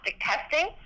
testing